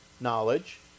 knowledge